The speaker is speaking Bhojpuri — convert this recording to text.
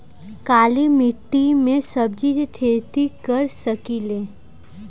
काली मिट्टी में सब्जी के खेती कर सकिले?